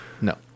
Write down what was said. No